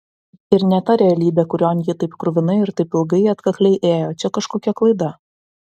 ir ne ta realybė kurion ji taip kruvinai ir taip ilgai atkakliai ėjo čia kažkokia klaida